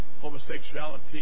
homosexuality